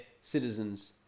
citizens